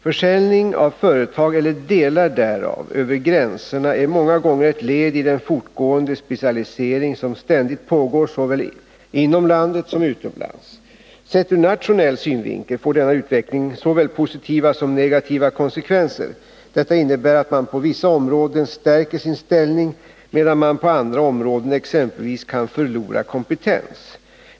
Försäljning av företag eller delar därav över gränserna är många gånger ett led i den fortgående specialisering som ständigt pågår såväl inom landet som utomlands. Sett ur nationell synvinkel får denna utveckling såväl positiva som negativa konsekvenser. Detta innebär att man på vissa områden stärker sin ställning medan man på andra områden exempelvis kan förlora kompetens.